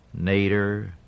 Nader